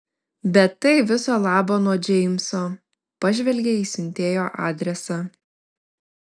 bet tai viso labo nuo džeimso pažvelgė į siuntėjo adresą